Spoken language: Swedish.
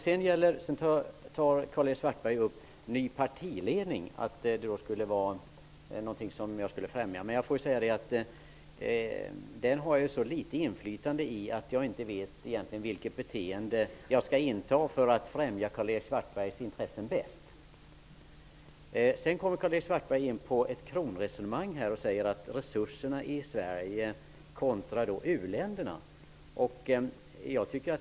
Karl-Erik Svartberg nämner den nya partiledningen och säger att jag skulle främja den. Men jag får säga att jag har så litet inflytande där att jag egentligen inte vet vilket beteende jag skall inta för att främja Karl-Erik Svartbergs intressen bäst. Karl-Erik Svartberg kommer in på ett kronresonemang och resurserna i Sverige kontra u-länderna.